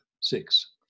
six